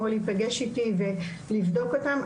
או להיפגש איתי ולבדוק אותם,